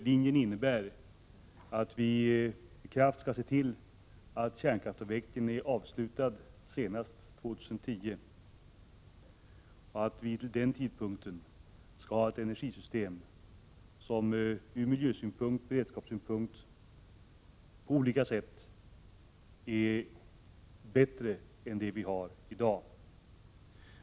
Linjen innebär att kärnkraftsavvecklingen skall vara avslutad senast år 2010 och att vi vid den tidpunkten har ett energisystem som ur bl.a. miljösynpunkt och beredskapssynpunkt är bättre än det vi har i dag.